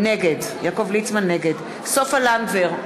נגד סופה לנדבר,